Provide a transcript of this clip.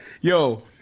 Yo